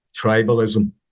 tribalism